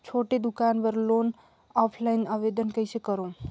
छोटे दुकान बर लोन ऑफलाइन आवेदन कइसे करो?